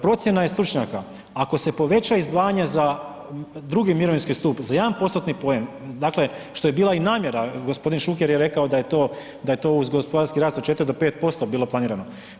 Procjena je stručnjaka, ako se poveća izdvajanje za drugi mirovinski stup, za jedan postotni poen, dakle što je bila i namjera, gospodin Šuker je rekao da je to uz gospodarski rast od 4 do 5% bilo planirano.